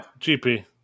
GP